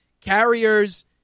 Carriers